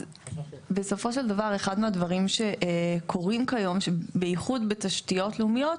אז בסופו של דבר אחד מהדברים שקורים כיום בייחוד בתשתיות לאומיות,